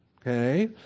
Okay